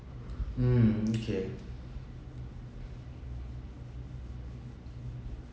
mm okay